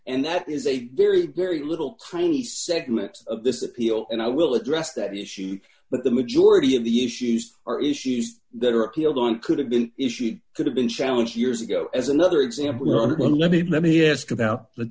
and that is a very very little cranny segments of this appeal and i will address that issue but the majority of the issues are issues that are appealed on could have been issued could have been challenged years ago as another example of one let me let me ask about